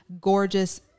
gorgeous